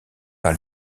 par